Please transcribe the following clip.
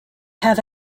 have